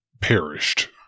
perished